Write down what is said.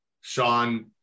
Sean